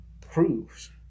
proves